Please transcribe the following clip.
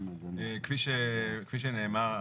כפי שנאמר,